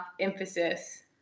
emphasis